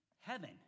heaven